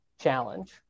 Challenge